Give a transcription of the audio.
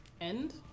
End